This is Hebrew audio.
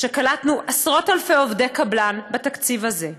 שקלטנו עשרות-אלפי עובדי קבלן בתקציב הזה,